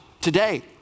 today